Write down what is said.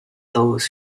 those